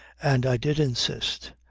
and i did insist,